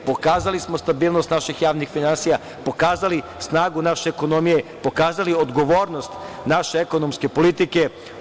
Pokazali smo stabilnost naših javnih finansija, pokazali snagu naše ekonomije, pokazali odgovornost naše ekonomske politike.